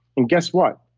and guess what?